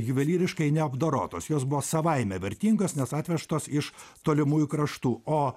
juvelyriškai neapdorotos jos buvo savaime vertingos nes atvežtos iš tolimųjų kraštų o